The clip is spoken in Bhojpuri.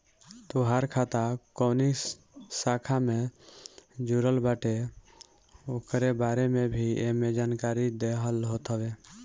तोहार खाता कवनी शाखा से जुड़ल बाटे उकरे बारे में भी एमे जानकारी देहल होत हवे